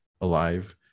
alive